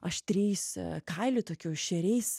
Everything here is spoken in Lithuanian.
aštriais kailiu tokiu šeriais